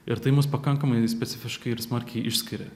ir tai mus pakankamai specifiškai ir smarkiai išskiria